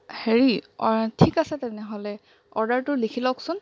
হেৰি ঠিক আছে তেনেহ'লে অৰ্ডাৰটো লিখি লওকচোন